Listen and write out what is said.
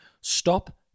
Stop